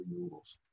renewables